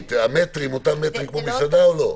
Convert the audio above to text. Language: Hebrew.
המטרים הם אותם מטרים כמו במסעדה או לא?